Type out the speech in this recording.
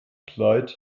kleid